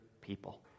people